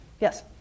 Yes